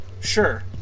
Sure